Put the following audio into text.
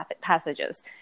passages